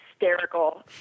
hysterical